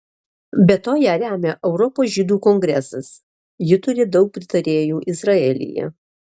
be to ją remia europos žydų kongresas ji turi daug pritarėjų izraelyje